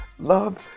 love